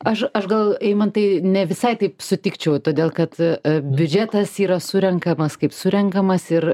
aš aš gal eimantai ne visai taip sutikčiau todėl kad biudžetas yra surenkamas kaip surenkamas ir